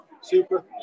Super